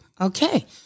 Okay